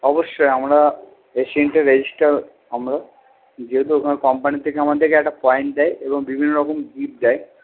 অবশ্যই আমরা এশিয়ানের রেজিস্টার আমরা যেহেতু কোম্পানি থেকে আমাদেরকে একটা পয়েন্ট দেয় এবং বিভিন্ন রকম গিফট দেয়